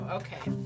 okay